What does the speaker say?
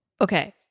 okay